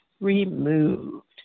removed